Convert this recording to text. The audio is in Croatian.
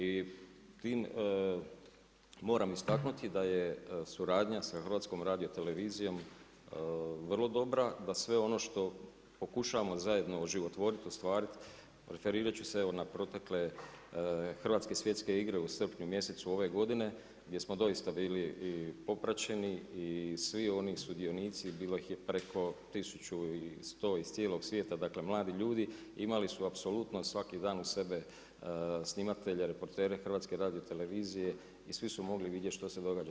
I moram istaknuti da je suradnja sa HRT-om vrlo dobra, da sve ono što pokušavamo zajedno oživotvoriti, ostvariti, referirat ću se evo, na protekle Hrvatske svjetske u srpnju mjesecu ove godine, gdje smo doista bili i popraćeni i svi oni sudionici, bilo ih je preko 1100 iz cijelog svijeta, dakle mladi ljudi, imali su apsolutno svaki dan uz sebe snimatelje, reportere HRT-a i svi su mogli vidjeti što se događa.